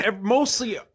Mostly